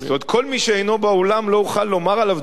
כל מי שאינו באולם לא אוכל לומר עליו דברים?